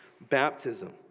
baptism